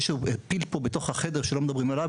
איזה פיל פה בתוך החדר שלא מדברים עליו,